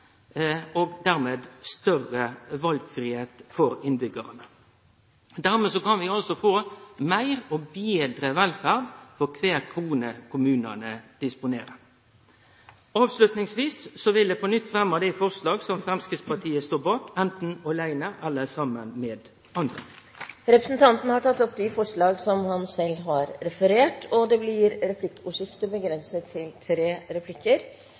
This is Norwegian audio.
og dermed større valfridom for innbyggjarane. Dermed kan vi altså få meir og betre velferd for kvar krone kommunane disponerer. Avslutningsvis vil eg på nytt fremme dei forslaga som Framstegspartiet står bak, anten åleine eller saman med andre. Representanten Gjermund Hagesæter har tatt opp de forslagene han refererte til. Det blir replikkordskifte.